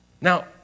Now